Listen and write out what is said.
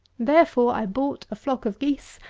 therefore i bought a flock of geese,